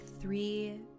three